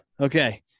Okay